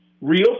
real